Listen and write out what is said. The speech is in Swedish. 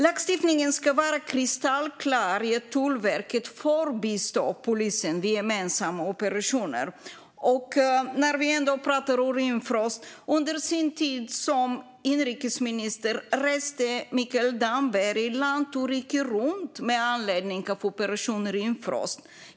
Lagstiftningen ska vara kristallklar i att Tullverket får bistå polisen vid gemensamma operationer. Och när vi ändå pratar om operation Rimfrost: Under sin tid som inrikesminister reste Mikael Damberg land och rike runt med anledning av operation Rimfrost.